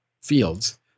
fields